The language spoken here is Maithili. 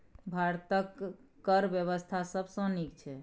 भारतक कर बेबस्था सबसँ नीक छै